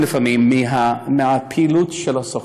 לפעמים, מהפעילות של הסוכנות.